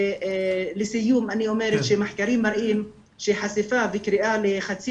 לסיום אני אומרת שמחקרים מראים שחשיפה וקריאה לחצי